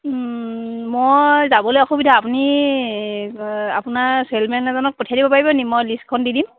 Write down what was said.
মই যাবলৈ অসুবিধা আপুনি আপোনাৰ চেলমেন এজনক পঠিয়াই দিব পাৰিব নি মই লিষ্টখন দি দিম